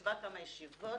ישבה כמה ישיבות,